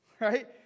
right